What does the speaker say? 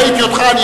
ראיתי אותך.